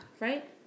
right